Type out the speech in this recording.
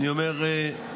אני אומר,